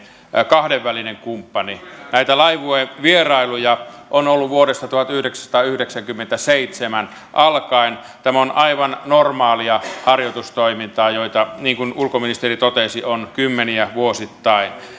kahdenvälinen kumppani näitä laivuevierailuja on ollut vuodesta tuhatyhdeksänsataayhdeksänkymmentäseitsemän alkaen tämä on aivan normaalia harjoitustoimintaa jota niin kuin ulkoministeri totesi on kymmeniä vuosittain